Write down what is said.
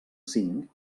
cinc